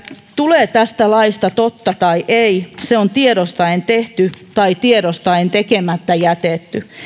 tulee tästä laista totta tai ei se on tiedostaen tehty tai tiedostaen tekemättä jätetty